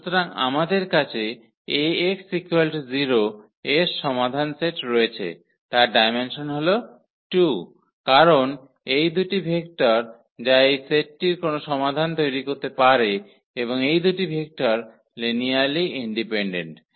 সুতরাং আমাদের কাছে 𝐴𝑥 0 এর সমাধান সেট রয়েছে তার ডায়মেনসন হল 2 কারণ এই দুটি ভেক্টর যা এই সেটটির কোনও সমাধান তৈরি করতে পারে এবং এই দুটি ভেক্টর লিনিয়ারলি ইন্ডিপেন্ডেন্ট